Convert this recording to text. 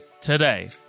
today